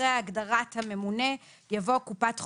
אחרי הגדרת "הממונה" יבוא: "קופת חולים"